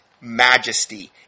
majesty